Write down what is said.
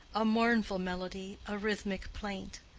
a mournful melody, a rhythmic plaint.